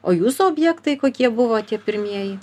o jūsų objektai kokie buvo tie pirmieji